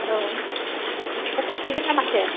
औ हर थाफैगोन ना माथो